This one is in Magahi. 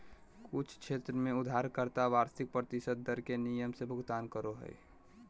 कुछ क्षेत्र में उधारकर्ता वार्षिक प्रतिशत दर के नियम से भुगतान करो हय